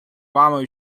вами